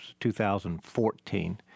2014